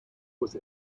was